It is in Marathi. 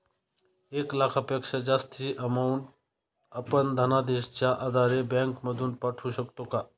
एक लाखापेक्षा जास्तची अमाउंट आपण धनादेशच्या आधारे बँक मधून पाठवू शकतो का?